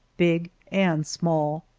big and small.